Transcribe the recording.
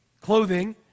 clothing